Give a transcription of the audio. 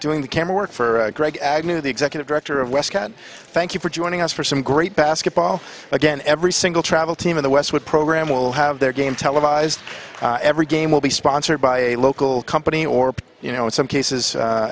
doing the camera work for greg agnew the executive director of west can thank you for joining us for some great basketball again every single travel team in the west with program will have their game televised every game will be sponsored by a local company or you know in some cases